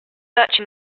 searching